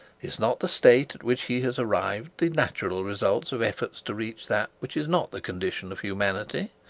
is not the state at which he has arrived, the natural result of efforts to reach that which is not the condition of humanity?